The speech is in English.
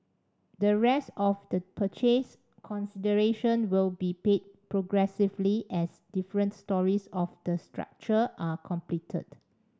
the rest of the purchase consideration will be paid progressively as different storeys of the structure are completed